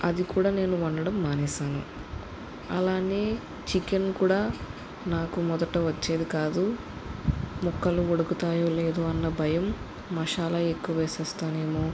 అది కూడా నేను వండడం మానేశాను అలానే చికెన్ కూడా నాకు మొదట వచ్చేది కాదు ముక్కలు ఉడుకుతాయో లేదో అన్న భయం మసాలా ఎక్కువ వేసేస్తానేమో